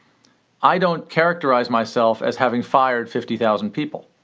i don't characterize myself as having fired fifty thousand people.